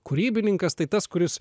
kūrybininkas tai tas kuris